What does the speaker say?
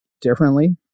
differently